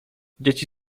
dzieci